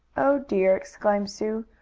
oh, dear! exclaimed sue.